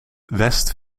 west